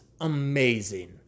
amazing